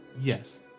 yes